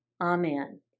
Amen